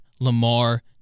Lamar